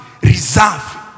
reserve